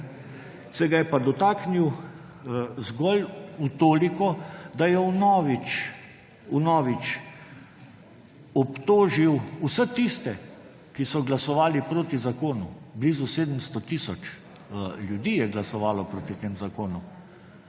se ga je pa dotaknil zgolj v toliko, da je vnovič, vnovič obtožil vse tiste, ki so glasovali proti zakonu, blizu 700 tisoč ljudi je glasovalo proti temu zakonu,